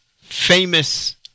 famous